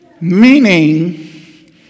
Meaning